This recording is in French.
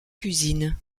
usines